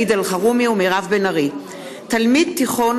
עודד פורר וטלב אבו עראר בנושא: תלמיד תיכון